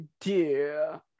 dear